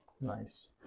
Nice